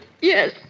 Yes